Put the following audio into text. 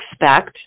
expect